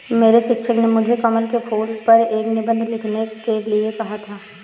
मेरे शिक्षक ने मुझे कमल के फूल पर एक निबंध लिखने के लिए कहा था